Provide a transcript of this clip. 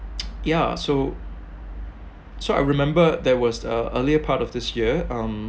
ya so so I remember there was uh earlier part of this year um